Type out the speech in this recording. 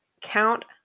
count